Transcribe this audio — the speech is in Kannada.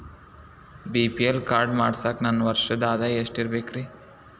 ಬಿ.ಪಿ.ಎಲ್ ಕಾರ್ಡ್ ಮಾಡ್ಸಾಕ ನನ್ನ ವರ್ಷದ್ ಆದಾಯ ಎಷ್ಟ ಇರಬೇಕ್ರಿ?